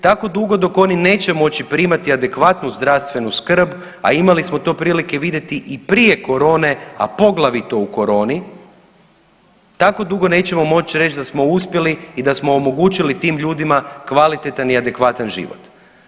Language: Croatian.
Tako dugo dok oni neće moći primati adekvatnu zdravstvenu skrb, a imali smo to prilike vidjeti i prije corone, a poglavito u coroni, tako dugo nećemo moći reći da smo uspjeli i da smo omogućili tim ljudima kvalitetan i adekvatan život.